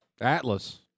Atlas